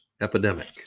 epidemic